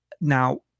Now